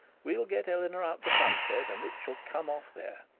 we'll get eleanor out to plumstead, and it shall come off there.